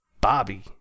Bobby